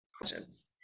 questions